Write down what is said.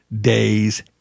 days